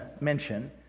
mention